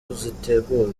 zitegurwa